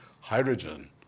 Hydrogen